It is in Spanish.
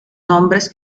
nombres